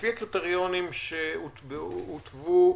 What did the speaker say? לפי הקריטריונים שהותוו,